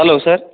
hello sir